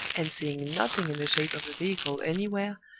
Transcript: and seeing nothing in the shape of a vehicle anywhere,